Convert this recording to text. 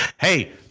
hey